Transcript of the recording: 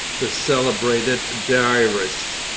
the celebrated diarist,